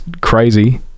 crazy